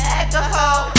alcohol